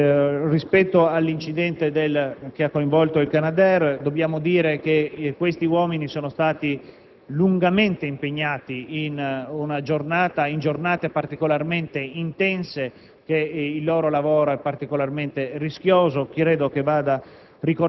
Rispetto all'incidente che ha coinvolto il Canadair, dobbiamo dire che questi uomini sono stati lungamente impegnati in giornate particolarmente intense, che il loro lavoro è particolarmente rischioso,